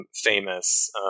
famous